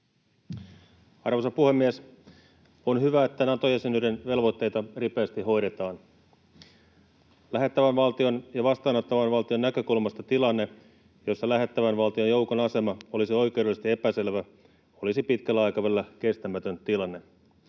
Arvoisa puhemies! On hyvä, että Nato-jäsenyyden velvoitteita ripeästi hoidetaan. Lähettävän valtion ja vastaanottavan valtion näkökulmasta tilanne, jossa lähettävän valtion joukon asema olisi oikeudellisesti epäselvä, olisi pitkällä aikavälillä kestämätön tilanne.